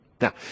Now